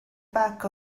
bag